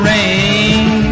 Rain